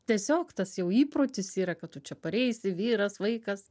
tiesiog tas jau įprotis yra kad tu čia pareisi vyras vaikas